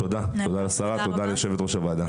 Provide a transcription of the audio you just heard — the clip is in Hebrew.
תודה לשרה וליושבת ראש הוועדה.